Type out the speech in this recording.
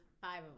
five